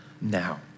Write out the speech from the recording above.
now